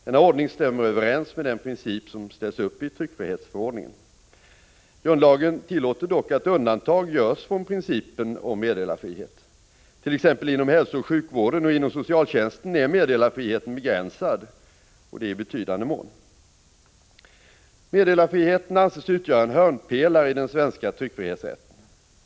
Denna ordning stämmer överens med den princip som ställs upp i tryckfrihetsförordningen. Grundlagen tillåter dock att undantag görs från principen om meddelarfrihet. T. ex. inom hälsooch sjukvården och inom socialtjänsten är meddelarfriheten begränsad i betydande mån. Meddelarfriheten anses utgöra en hörnpelare i den svenska tryckfrihetsrätten.